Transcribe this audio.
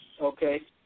Okay